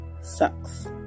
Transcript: Sucks